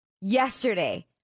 Yesterday